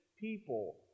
people